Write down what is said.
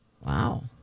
Wow